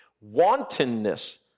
Wantonness